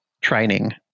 training